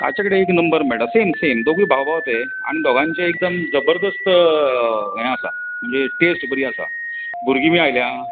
ताचे कडेन एक नंबर मेळटा सेम सेम दोगूय भाव भाव ते आनी दोगायचे एकदम जबरदस्त ये आसा म्हणजे टेस्ट बरी आसा भुरगीं बी आयल्या